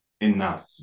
enough